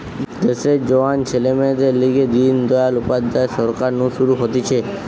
দেশের জোয়ান ছেলে মেয়েদের লিগে দিন দয়াল উপাধ্যায় সরকার নু শুরু হতিছে